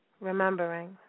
remembering